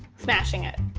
smashing it.